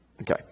okay